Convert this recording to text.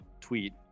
tweet